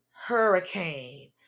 hurricane